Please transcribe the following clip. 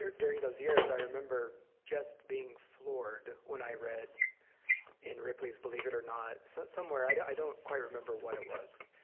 during those years i remember just being floored when i read in ripley's believe it or not! so somewhere, i don't i don't quite remember what it was.